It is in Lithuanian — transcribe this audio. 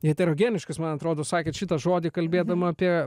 heterogeniškas man atrodo sakėt šitą žodį kalbėdama apie